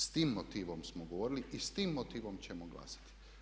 S tim motivom smo govorili i s tim motivom ćemo glasati.